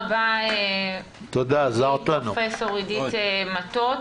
תודה רבה, פרופ' עידית מטות.